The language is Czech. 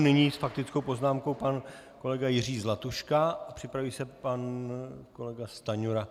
Nyní s faktickou poznámkou pan kolega Jiří Zlatuška a připraví se pan kolega Stanjura.